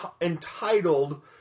entitled